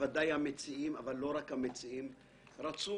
והמציעים רצו